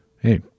Hey